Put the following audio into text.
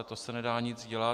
To se nedá nic dělat.